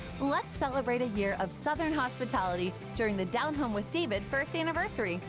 let's celebrate a year of southern hospitality, during the down home with david, first anniversary.